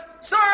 sir